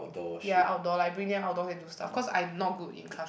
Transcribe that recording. ya outdoor like bring them outdoor to do stuff cause I'm not good in class